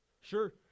sure